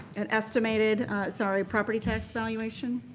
an estimated sorry property tax valuation?